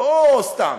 לא סתם.